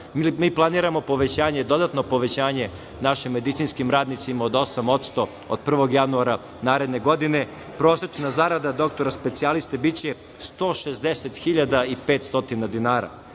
Mi planiramo povećanje, dodatno povećanje našim medicinskim radnicima od 8% od 1. januara naredne godine. Prosečna zarada dr specijaliste biće 160.500 dinara.